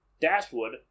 Dashwood